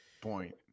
point